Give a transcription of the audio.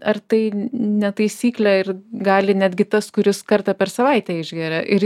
ar tai ne taisyklė ir gali netgi tas kuris kartą per savaitę išgeria ir